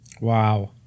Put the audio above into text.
Wow